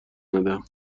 ندم